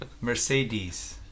Mercedes